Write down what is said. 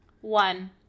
one